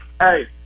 Hey